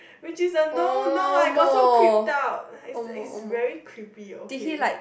which is a no no I got so creep out it's it's very creepy okay